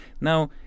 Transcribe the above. Now